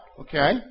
Okay